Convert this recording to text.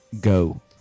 go